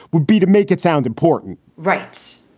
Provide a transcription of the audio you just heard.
would be to make it sound important. right?